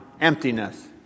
emptiness